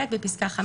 פסקה (ב) זה אותו דבר.